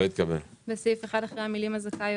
אני